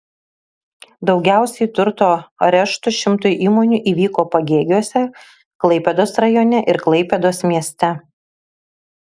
daugiausiai turto areštų šimtui įmonių įvyko pagėgiuose klaipėdos rajone ir klaipėdos mieste